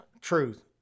truth